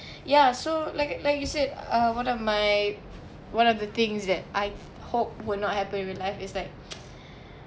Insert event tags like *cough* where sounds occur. ya so like like you said uh one of my one of the things that I hope will not happen in real life is like *noise*